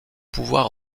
pouvoir